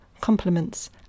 compliments